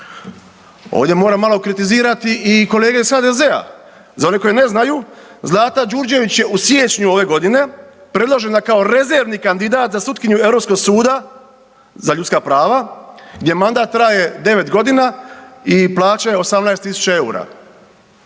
Ovdje moram malo kritizirati i kolege iz HDZ-a, za one koji ne znaju Zlata Đurđević je u siječnju ove godine predložena kao rezervni kandidat za sutkinju Europskog suda za ljudska prava gdje mandat traje 9 godina i plaća je 18.000 EUR-a.